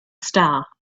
star